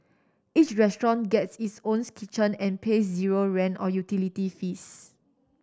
each restaurant gets its owns kitchen and pays zero rent or utility fees